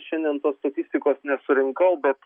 šiandien tos statistikos nesurinkau bet